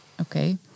Okay